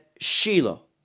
Shiloh